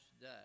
day